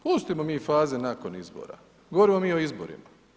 Pustimo mi faze nakon izbora, govorimo mi o izborima.